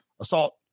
assault